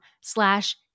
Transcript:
slash